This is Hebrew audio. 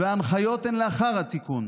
וההנחיות הן לאחר התיקון.